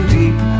deep